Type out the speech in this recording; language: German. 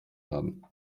haben